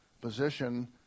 position